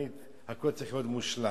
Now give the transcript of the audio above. כי הכול צריך להיות מושלם,